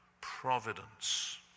providence